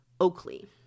Oakley